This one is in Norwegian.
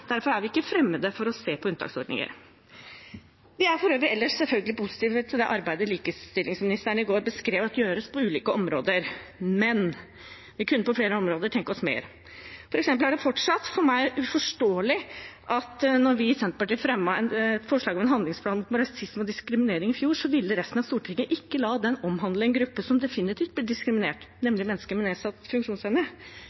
Derfor er vi ikke fremmede for å se på unntaksordninger. Vi er for øvrig ellers selvfølgelig positive til det arbeidet likestillingsministeren i går beskrev at gjøres på ulike områder, men vi kunne på flere områder tenke oss mer. For eksempel er det for meg fortsatt uforståelig at da vi i Senterpartiet fremmet forslag om en handlingsplan mot rasisme og diskriminering i fjor, ville resten av Stortinget ikke la den omhandle en gruppe som definitivt blir diskriminert,